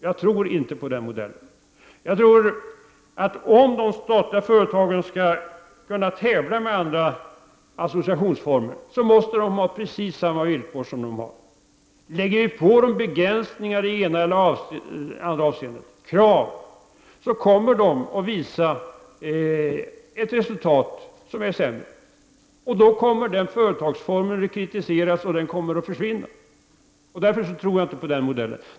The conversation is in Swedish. Jag tror inte på den modellen, utan jag tror att om de statliga företagen skall kunna tävla med andra associationsformer måste de ha precis samma villkor som de nu har. Lägger man på dem krav i det ena eller det andra avseendet, kommer de att uppvisa ett sämre resultat och då kommer den företagsformen att kritiseras och försvinna. Därför tror jag inte på den modellen.